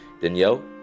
Danielle